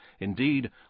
Indeed